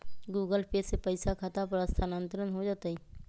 Google Pay से पईसा खाता पर स्थानानंतर हो जतई?